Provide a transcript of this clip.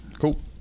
Cool